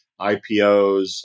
IPOs